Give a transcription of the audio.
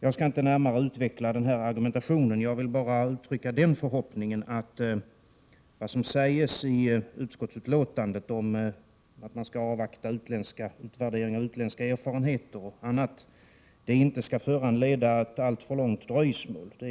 Jag vill inte utveckla denna argumentation mer, utan bara uttrycka förhoppningen att det som sägs i utskottsutlåtandet om att man skall avvakta utländska utvärderingar och erfarenheter osv. , inte skall föranleda ett alltför långt dröjsmål.